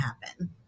happen